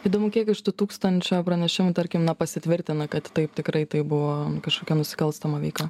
įdomu kiek iš tų tūkstančio pranešimų tarkim na pasitvirtina kad taip tikrai tai buvo nu kažkokia nusikalstama veika